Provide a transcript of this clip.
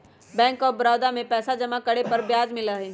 bank of Baroda में पैसा जमा करे पर ब्याज मिला हई